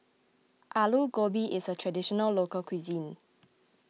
Alu Gobi is a Traditional Local Cuisine